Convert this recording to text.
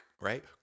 right